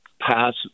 pass